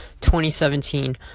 2017